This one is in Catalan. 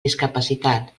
discapacitat